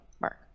Mark